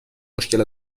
مشکل